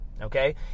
okay